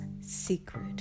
secret